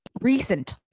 Recent